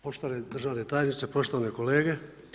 Poštovani državni tajniče, poštovane kolege.